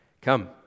Come